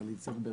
דלית זילבר,